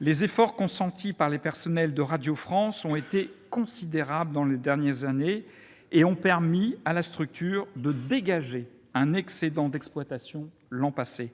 Les efforts consentis par les personnels de Radio France, considérables ces dernières années, ont permis à la structure de dégager un excédent d'exploitation l'an passé.